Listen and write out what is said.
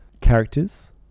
characters